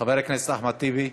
חבר הכנסת אחמד טיבי,